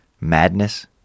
madness